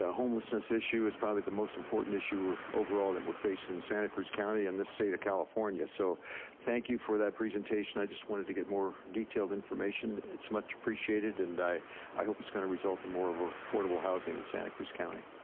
ah homelessness issue is probably the most important issue overall that we're facing in santa cruz county and the state of california. so thank you for that presentation. i just wanted to get more detailed information. it's much appreciated, and i i hope it's gonna result in more ah affordable housing in in santa cruz county.